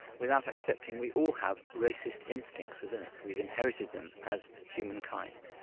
without accepting we all have racist instincts within us, we've inherited them as humankind.